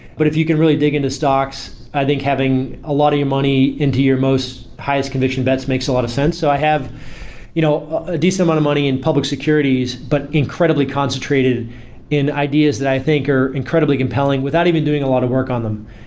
but if you can really dig into stocks i think having a lot of your money into your most highest conviction bets makes a lot of sense. so i have you know a decent amount of money in public securities, but incredibly concentrated in ideas that i think are incredibly compelling without even doing a lot of work on them.